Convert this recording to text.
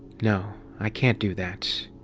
no, i can't do that.